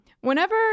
whenever